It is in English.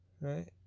Right